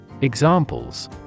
Examples